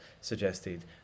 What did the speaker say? suggested